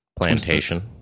Plantation